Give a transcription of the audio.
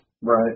Right